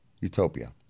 utopia